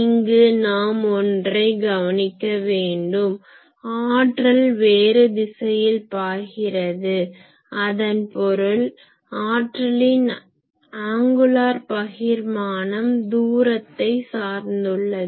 இங்கு நாம் ஒன்றை கவனிக்க வேண்டும் ஆற்றல் வேறு திசையில் பாய்கிறது அதன் பொருள் ஆற்றலின் ஆங்குலர் Angular கோண பகிர்மானம் தூரத்தை சார்ந்துள்ளது